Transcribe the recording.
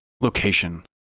Location